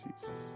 Jesus